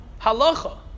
halacha